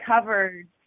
covered